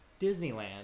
disneyland